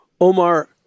Omar